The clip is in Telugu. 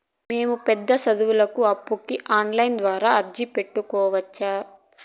మేము పెద్ద సదువులకు అప్పుకి ఆన్లైన్ ద్వారా అర్జీ పెట్టుకోవచ్చా?